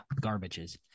garbages